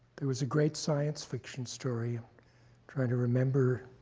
there was a great science fiction story i'm trying to remember